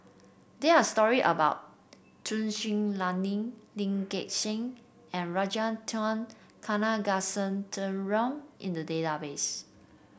there are story about Tun Sri Lanang Lee Gek Seng and Ragunathar Kanagasuntheram in the database